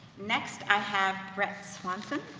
next, i have brett swanson.